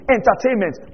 Entertainment